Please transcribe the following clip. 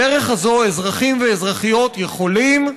בדרך הזו אזרחים ואזרחיות יכולים,